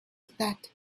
that